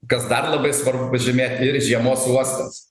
kas dar labai svarbu pažymėti ir žiemos uostas